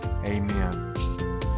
Amen